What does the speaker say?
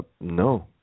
no